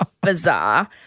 bizarre